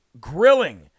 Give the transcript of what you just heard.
grilling